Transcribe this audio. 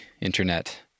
internet